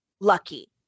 lucky